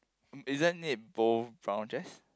isn't it both brown chairs